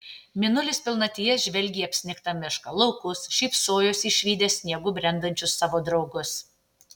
mėnulis pilnatyje žvelgė į apsnigtą mišką laukus šypsojosi išvydęs sniegu brendančius savo draugus